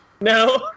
No